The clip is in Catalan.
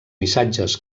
missatges